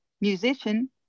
musician